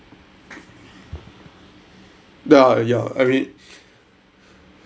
ya ya every